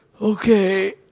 Okay